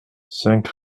cinq